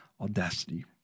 audacity